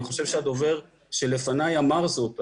אני חושב הדובר לפני אמר זאת.